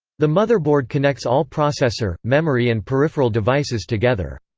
the motherboard connects all processor, memory and peripheral devices together.